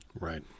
Right